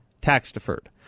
tax-deferred